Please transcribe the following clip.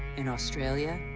in australia,